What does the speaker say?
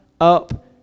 up